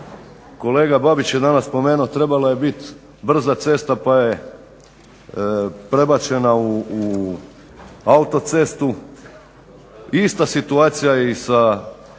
kolega Babić danas spomenuo trebala je bit brza cesta pa je prebačena u autocestu, ista situacija je sa